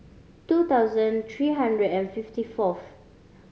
two thousand three hundred and fifty fourth